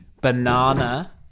banana